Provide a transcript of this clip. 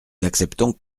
n’acceptons